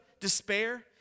despair